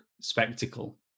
spectacle